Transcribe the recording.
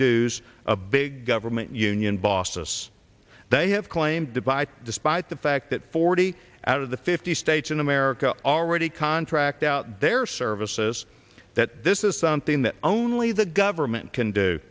a big government union boss us they have claimed by despite the fact that forty out of the fifty states in america already contract out their services that this is something that only the government can do